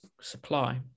supply